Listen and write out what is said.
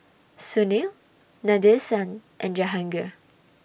Sunil Nadesan and Jahangir